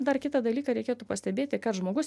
dar kitą dalyką reikėtų pastebėti kad žmogus